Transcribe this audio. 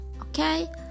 Okay